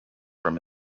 from